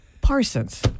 Parsons